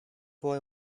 boy